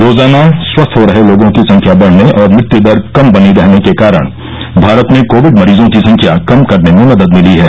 रोजाना स्वस्थ हो रहे लोगों की संख्या बढने और मृत्युदर कम बनी रहने के कारण भारत में कोाविड मरीजों की संख्या कम करने में मदद मिली है